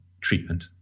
treatment